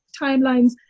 timelines